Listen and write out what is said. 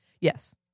Yes